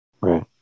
Right